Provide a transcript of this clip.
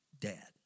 dad